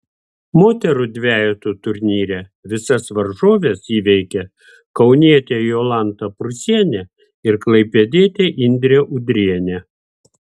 moterų dvejetų turnyre visas varžoves įveikė kaunietė jolanta prūsienė ir klaipėdietė indrė udrienė